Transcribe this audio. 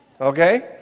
Okay